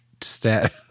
Stat